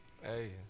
Hey